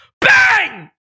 Bang